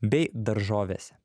bei daržovėse